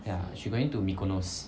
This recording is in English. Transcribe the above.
ya she going to mykonos